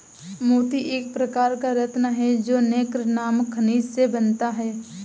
मोती एक प्रकार का रत्न है जो नैक्रे नामक खनिज से बनता है